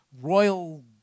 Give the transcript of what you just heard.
royal